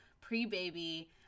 pre-baby